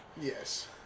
Yes